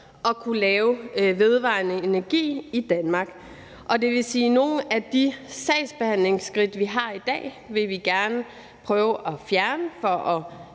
at kunne lave vedvarende energi i Danmark. Og det vil også sige, at nogle af de sagsbehandlingsskridt, vi har i dag, vil vi gerne prøve at fjerne for at